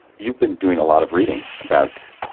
you've been doing a lot of reading about